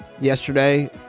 yesterday